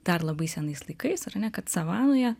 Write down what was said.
dar labai senais laikais ar ne kad savanoje